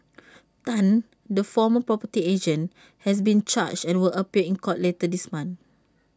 Tan the former property agent has been charged and will appear in court later this month